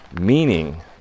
meaning